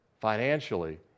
financially